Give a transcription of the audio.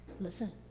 listen